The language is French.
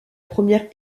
première